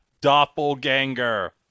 Doppelganger